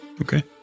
okay